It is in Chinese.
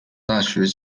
大学